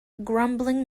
grumbling